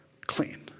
clean